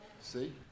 See